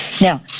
Now